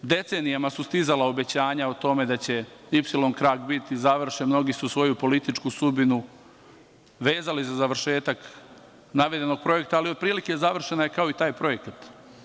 Decenijama su stizala obećanja o tome da će Ipsilon krak biti završen, mnogi su svoju političku sudbinu vezali za završetak navedenog projekta, ali otprilike završena je kao i taj projekat.